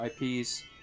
ips